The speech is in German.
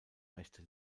rechte